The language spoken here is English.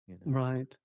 Right